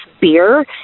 beer